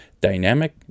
dynamic